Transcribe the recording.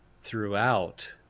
throughout